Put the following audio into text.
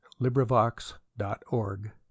LibriVox.org